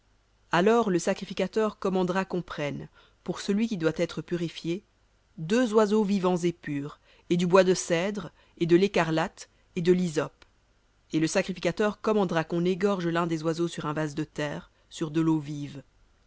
alors le sacrificateur commandera qu'on prenne pour celui qui doit être purifié deux oiseaux vivants et purs et du bois de cèdre et de l'écarlate et de lhysope et le sacrificateur commandera qu'on égorge l'un des oiseaux sur un vase de terre sur de l'eau vive